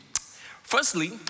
Firstly